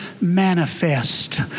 manifest